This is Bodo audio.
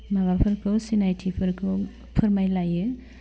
माबाफोरखौ सिनायथिफोरखौ फोरमायलायो